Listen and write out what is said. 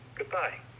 goodbye